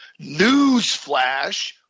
Newsflash